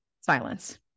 silence